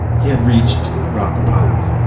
he had reached rock bottom